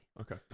Okay